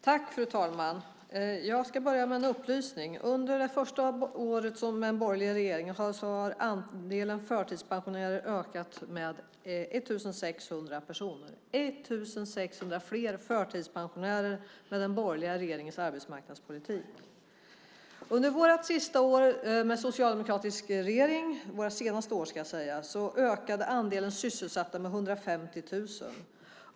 Fru talman! Jag ska börja med en upplysning. Under den borgerliga regeringens första år har andelen förtidspensionärer ökat med 1 600 personer. Det finns 1 600 fler förtidspensionärer med den borgerliga regeringens arbetsmarknadspolitik. Under de senaste åren med socialdemokratisk regering ökade andelen sysselsatta med 150 000.